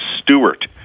Stewart